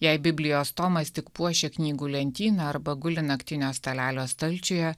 jei biblijos tomas tik puošia knygų lentyną arba guli naktinio stalelio stalčiuje